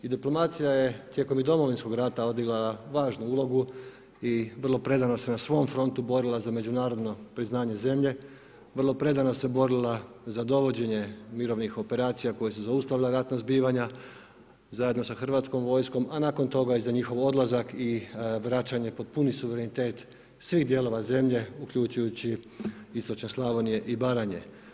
I diplomacija je tijekom i Domovinskog rata odigrala važnu ulogu i vrlo predano se na svom frontu borila za međunarodno priznanje zemlje, vrlo predano se borila za dovođenje mirovnih operacija koje su zaustavila ratna zbivanja zajedno sa hrvatskom vojskom a nakon toga i za njihov odlazak i vraćanje pod puni suverenitet svih dijelova zemlje uključujući istočne Slavonije i Baranje.